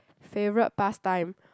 favourite pastime